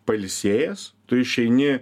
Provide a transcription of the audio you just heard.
pailsėjęs tu išeini